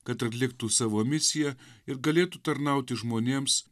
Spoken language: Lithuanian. kad atliktų savo misiją ir galėtų tarnauti žmonėms